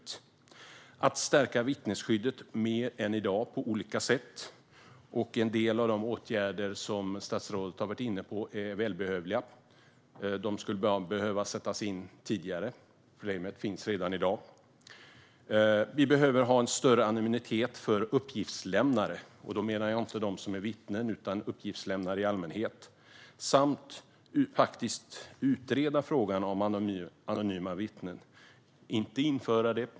Att på olika sätt stärka vittnesskyddet mer än i dag är välbehövligt, liksom en del av de åtgärder som statsrådet har varit inne på. De skulle behöva sättas in tidigare - problemet finns redan i dag. Vi behöver ha en större anonymitet för uppgiftslämnare. Jag menar då inte dem som är vittnen, utan uppgiftslämnare i allmänhet. Dessutom bör vi faktiskt utreda frågan om anonyma vittnen - inte införa det.